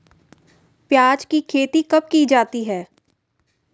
प्याज़ की खेती कब की जाती है?